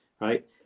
right